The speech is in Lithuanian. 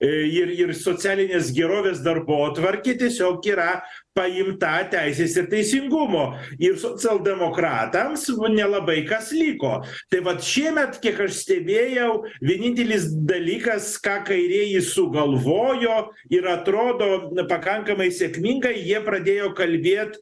ir ir socialinės gerovės darbotvarkė tiesiog yra paimta teisės ir teisingumo ir socialdemokratams nu nelabai kas liko tai vat šiemet kiek aš stebėjau vienintelis dalykas ką kairieji sugalvojo ir atrodo pakankamai sėkmingai jie pradėjo kalbėt